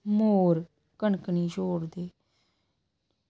मोर कनक निं छोड़दे